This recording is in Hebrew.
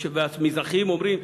וכשהמזרחים אומרים,